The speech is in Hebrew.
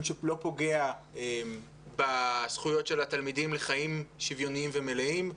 שהוא לא פוגע בזכויות של התלמידים לחיים שוויוניים ומלאים.